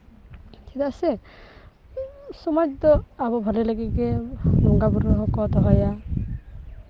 ᱪᱮᱫᱟᱜ ᱥᱮ ᱥᱚᱢᱟᱡᱽ ᱫᱚ ᱟᱵᱚ ᱵᱷᱟᱞᱮ ᱞᱟᱹᱜᱤᱫ ᱜᱮ ᱵᱚᱸᱜᱟᱼᱵᱳᱨᱳ ᱨᱮᱦᱚᱸ ᱠᱚ ᱫᱚᱦᱚᱭᱟ